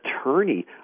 attorney